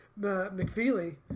mcfeely